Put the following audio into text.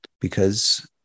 because-